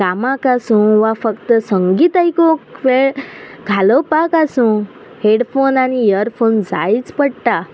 कामाक आसूं वा फक्त संगीत आयकू वेळ घालोपाक आसूं हेडफोन आनी इयरफोन जायच पडटा